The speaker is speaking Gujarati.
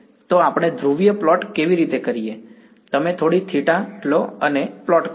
તો આપણે ધ્રુવીય પ્લોટ કેવી રીતે કરીએ તમે થોડી થીટા લો અને પ્લોટ કરો